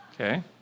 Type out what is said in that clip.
Okay